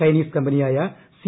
Chinese കമ്പനിയായ C